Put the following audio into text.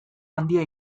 handia